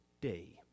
day